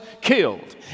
killed